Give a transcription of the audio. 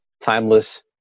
Timeless